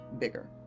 bigger